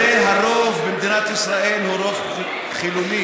הרי הרוב במדינת ישראל הוא רוב חילוני.